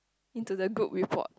into the good report